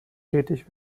tätig